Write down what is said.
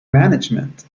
management